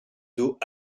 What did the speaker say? dos